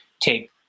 take